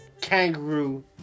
Kangaroo